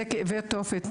זה כאבי תופת.